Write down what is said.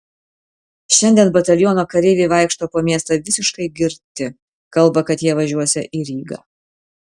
šiandien bataliono kareiviai vaikšto po miestą visiškai girti kalba kad jie važiuosią į rygą